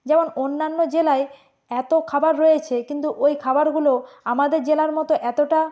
যেমন অন্যান্য জেলায় এতো খাবার রয়েছে কিন্তু ওই খাবারগুলো আমাদের জেলার মতো এতোটা